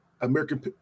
American